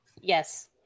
Yes